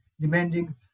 demanding